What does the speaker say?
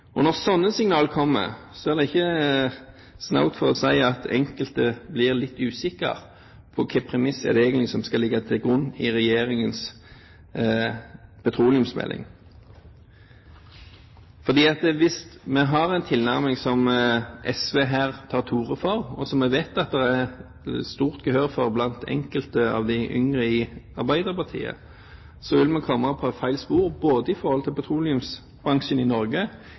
Når slike signaler kommer, er det ikke fritt for at enkelte blir litt usikre på hvilke premisser det egentlig er som skal ligge til grunn i regjeringens petroleumsmelding. For hvis vi har en tilnærming som den SV her tar til orde for, og som jeg vet at det er stort gehør for blant enkelte av de yngre i Arbeiderpartiet, vil vi komme på feil spor både med hensyn til petroleumsbransjen i Norge,